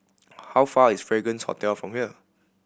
how far is Fragrance Hotel from here